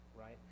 right